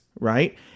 right